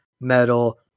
Metal